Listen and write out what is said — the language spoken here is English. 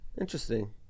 Interesting